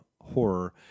horror